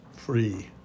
Free